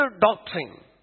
doctrine